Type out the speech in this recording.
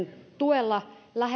tuella lähettää kreikkaan